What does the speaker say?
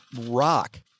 rock